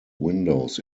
windows